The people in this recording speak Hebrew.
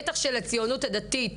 בטח של הציונות הדתית